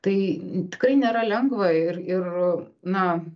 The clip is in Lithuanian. tai n tikrai nėra lengva ir ir na